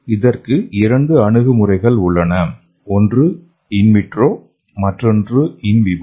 இதற்கு இரண்டு அணுகுமுறைகள் உள்ளன ஒன்று இன் விட்ரோ மற்றொன்று இன் விவோ